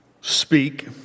speak